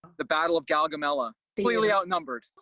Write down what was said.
the battle of gaugamela, completely outnumbered,